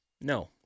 No